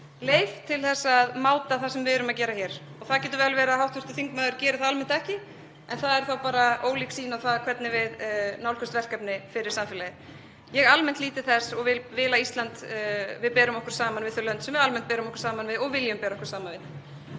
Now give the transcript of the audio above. leið til að máta það sem við erum að gera hér. Það getur vel verið að hv. þingmaður geri það almennt ekki en það er þá bara ólík sýn á það hvernig við nálgumst verkefni fyrir samfélagið. Ég lít almennt til þess og vil að við berum okkur saman við þau lönd sem við almennt berum okkur saman við og viljum bera okkur saman við.